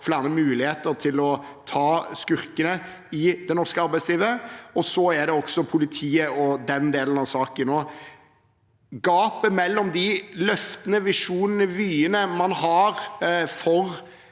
flere muligheter til å ta skurkene i det norske arbeidslivet. Så er det også politiet og den delen av saken. Gapet mellom de løftene, visjonene og vyene man har for